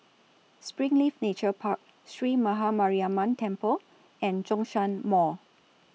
Springleaf Nature Park Sree Maha Mariamman Temple and Zhongshan Mall